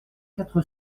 quatre